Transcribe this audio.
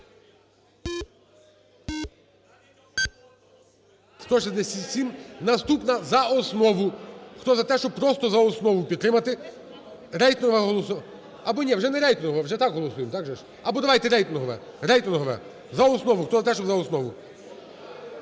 За-167 Наступна – за основу. Хто за те, щоб просто за основу підтримати. Рейтингове голосування. Або, ні, вже не рейтингове, вже так голосуємо. Так же ж? Або, давайте рейтингове. За основу. Хто за те, щоб за основу?